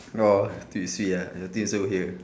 oh do you see uh your twin also here